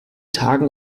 tagen